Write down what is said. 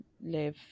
live